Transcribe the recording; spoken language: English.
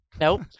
nope